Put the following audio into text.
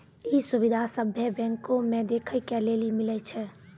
इ सुविधा सभ्भे बैंको मे देखै के लेली मिलै छे